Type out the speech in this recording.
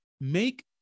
make